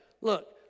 look